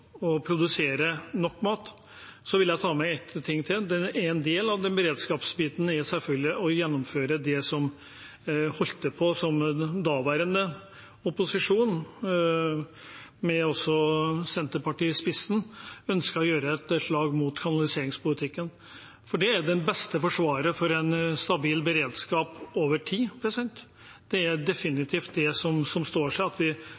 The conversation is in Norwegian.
produsere nok mat. Jeg vil ta med en ting til: En del av beredskapsbiten er selvfølgelig å gjennomføre det som den daværende opposisjon, med Senterpartiet i spissen, ønsket å gjøre et slag mot, nemlig kanaliseringspolitikken. Det er det beste forsvaret for en stabil beredskap over tid. Det er definitivt det som står seg, at vi